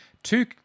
Two